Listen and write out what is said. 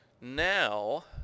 Now